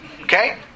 Okay